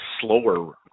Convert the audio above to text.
slower